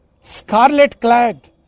scarlet-clad